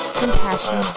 compassion